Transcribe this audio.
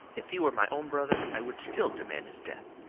if he were my own brother, i would still demand his death.